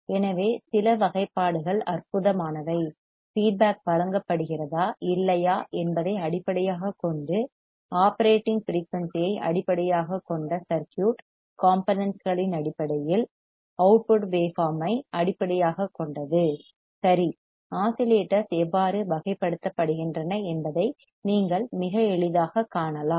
எனவே சில வகைப்பாடுகள் அற்புதமானவை ஃபீட்பேக் வழங்கப்படுகிறதா இல்லையா என்பதை அடிப்படையாகக் கொண்டு ஆப்ரேட்டிங் ஃபிரெயூனிசி ஐ அடிப்படையாகக் கொண்ட சர்க்யூட் காம்போனென்ட்ஸ் களின் அடிப்படையில் அவுட்புட் வேவ் ஃபார்ம் ஐ அடிப்படையாகக் கொண்டது சரி ஆஸிலேட்டர்ஸ் எவ்வாறு வகைப்படுத்தப்படுகின்றன என்பதை நீங்கள் மிக எளிதாகக் காணலாம்